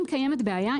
אם קיימת בעיה,